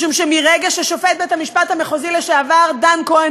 משום שמהרגע ששופט בית-המשפט המחוזי לשעבר דן כהן